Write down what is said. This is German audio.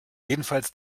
jedenfalls